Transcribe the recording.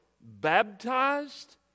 baptized